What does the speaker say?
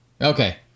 Okay